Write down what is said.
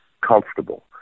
comfortable